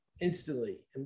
instantly